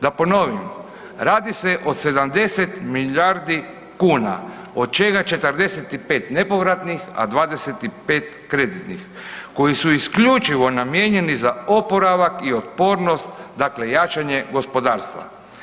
Da ponovim, radi se o 70 milijardi kuna od čega 45 nepovratnih, a 25 kreditnih koji su isključivo namijenjeni za oporavak i otpornost, dakle jačanje gospodarstva.